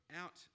out